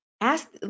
ask